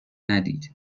ندید